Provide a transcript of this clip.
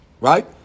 Right